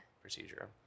procedure